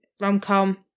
Rom-com